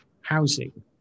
housing